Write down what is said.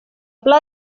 pla